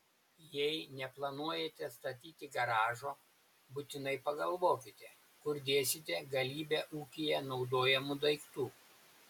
jei neplanuojate statyti garažo būtinai pagalvokite kur dėsite galybę ūkyje naudojamų daiktų